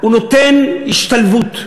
הוא נותן השתלבות,